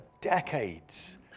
decades